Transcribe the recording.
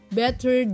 better